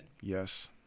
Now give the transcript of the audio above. Yes